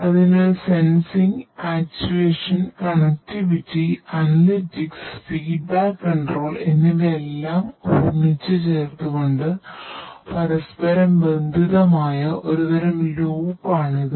അതിനാൽ സെൻസിംഗ് ഇത്